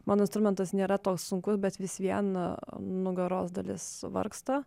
mano instrumentas nėra toks sunkus bet vis vien nugaros dalis vargsta